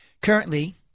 Currently